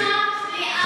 ואתה תשמע,